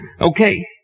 Okay